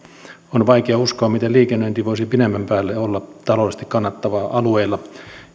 on vaikea uskoa miten liikennöinti voisi pidemmän päälle olla taloudellisesti kannattavaa alueilla